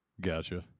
Gotcha